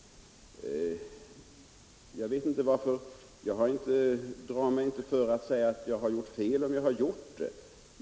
Ja, om jag har gjort fel, så drar jag mig inte för att säga det.